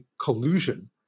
collusion